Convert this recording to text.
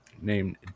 named